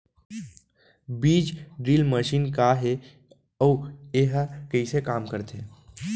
बीज drill machine का हे अऊ एहा कइसे काम करथे?